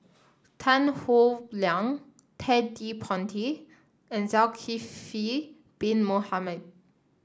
Tan Howe Liang Ted De Ponti and Zulkifli Bin Mohamed